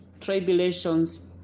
tribulations